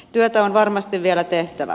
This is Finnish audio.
työtä on varmasti vielä tehtävä